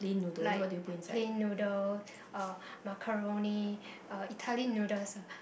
like plain noodle uh macaroni uh Italy noodles ah